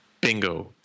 Bingo